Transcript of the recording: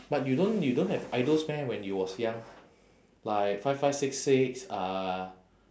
but you don't you don't have idols meh when you was young like five five six six uh